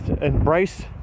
embrace